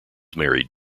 married